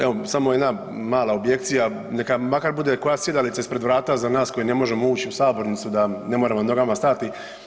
Evo samo jedna mala objekcija, neka makar bude koja sjedalica ispred vrata za nas koji ne možemo ući u sabornicu da ne moramo na nogama stajati.